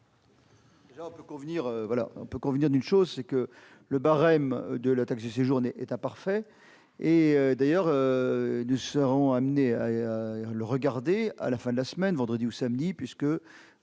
On peut déjà convenir d'une chose : le barème de la taxe de séjour est imparfait. D'ailleurs, nous serons amenés à l'étudier à la fin de la semaine, vendredi ou samedi, puisque,